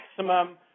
maximum